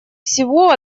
всего